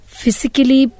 physically